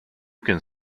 can